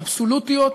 אבסולוטיות,